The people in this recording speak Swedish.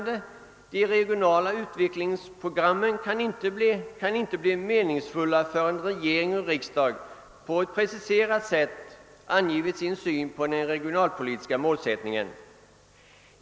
»De regionala utvecklingsprogrammen kan inte bli meningsfulla förrän regering och riksdag på ett preciserat sätt angivit sin syn på den regionalpolitiska målsättningen.